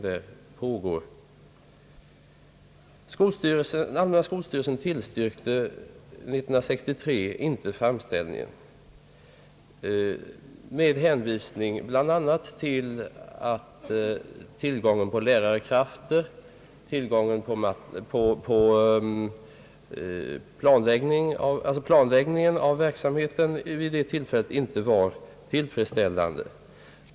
Den allmänna skolstyrelsen tillstyrkte inte framställningen 1963, med hänvisning till bl.a. att tillgången på lärarkrafter och planläggning av verksamheten vid det tillfället inte var tillfredsställande.